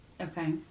Okay